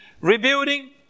Rebuilding